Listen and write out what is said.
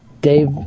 Dave